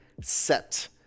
set